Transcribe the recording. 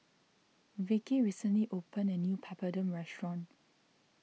Vicki recently opened a new Papadum restaurant